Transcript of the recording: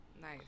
Nice